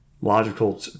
logical